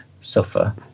suffer